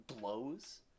blows